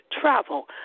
travel